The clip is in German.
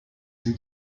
sie